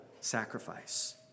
sacrifice